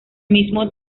mismo